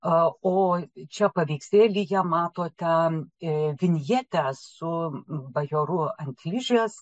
o čia paveikslėlyje matote vinjetę su bajoru ant ližės